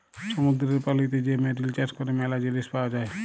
সমুদ্দুরের পলিতে যে মেরিল চাষ ক্যরে ম্যালা জিলিস পাওয়া যায়